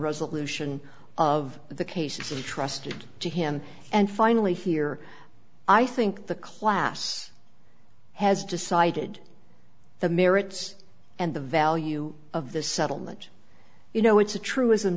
resolution of the cases or trusted to him and finally here i think the class has decided the merits and the value of the settlement you know it's a truism